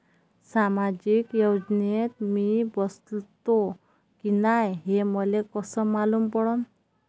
सामाजिक योजनेत मी बसतो की नाय हे मले कस मालूम पडन?